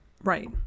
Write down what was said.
Right